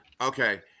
Okay